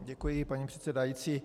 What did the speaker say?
Děkuji, paní předsedající.